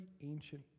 ancient